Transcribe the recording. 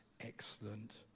excellent